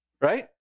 right